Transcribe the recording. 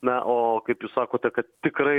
na o kaip jūs sakote kad tikrai